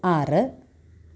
ആറ്